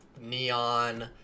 neon